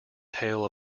tale